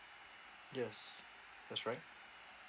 yes that's right